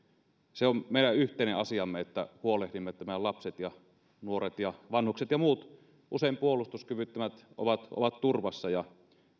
se on meidän yhteinen asiamme että huolehdimme että meidän lapset ja nuoret ja vanhukset ja muut usein puolustuskyvyttömät ovat ovat turvassa ja